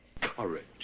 Courage